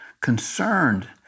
concerned